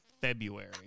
February